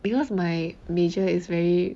because my major is very